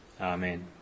Amen